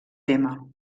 tema